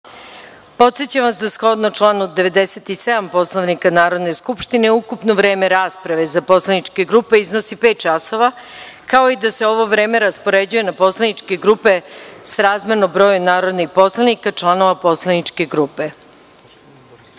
podsećam vas da shodno članu 97. Poslovnika Narodne skupštine ukupno vreme rasprave za poslaničke iznosi pet časova, kao i da se ovo vreme raspoređuje na poslaničke grupe srazmerno broju narodnih poslanika članova poslaničke grupe. Po